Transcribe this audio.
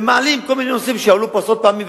ומעלים כל מיני נושאים שהועלו פה עשרות פעמים,